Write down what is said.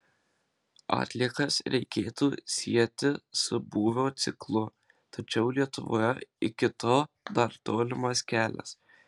atliekas reikėtų sieti su būvio ciklu tačiau lietuvoje iki to dar tolimas kelias